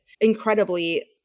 incredibly